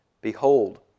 Behold